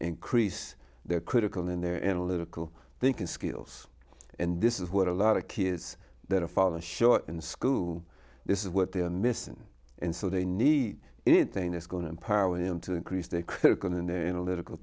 increase their critical in their analytical thinking skills and this is what a lot of kids that are falling short in school this is what they're missing and so they need anything that's going on par with them to increase their critical in their analytical